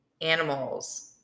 Animals